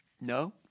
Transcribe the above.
No